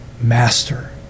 Master